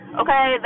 okay